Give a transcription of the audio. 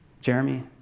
Jeremy